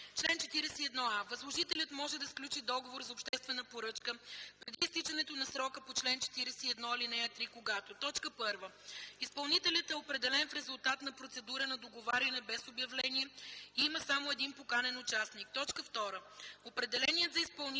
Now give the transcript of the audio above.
„Чл. 41а. Възложителят може да сключи договор за обществена поръчка преди изтичането на срока по чл. 41, ал. 3, когато: 1. изпълнителят е определен в резултат на процедура на договаряне без обявление и има само един поканен участник; 2. определеният за изпълнител